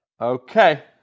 Okay